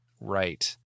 Right